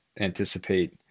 anticipate